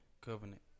Covenant